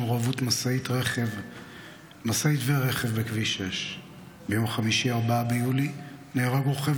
במעורבות משאית ורכב בכביש 6. ביום חמישי 4 ביולי נהרג רוכב